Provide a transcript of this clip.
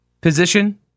position